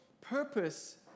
purpose